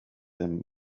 him